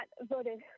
voted